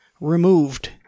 removed